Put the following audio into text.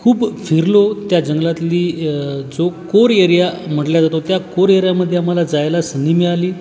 खूप फिरलो त्या जंगलातली जो कोर एरिया म्हटला जातो त्या कोर एरियामध्ये आम्हाला जायला संधी मिळाली